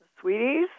Sweeties